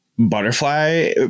butterfly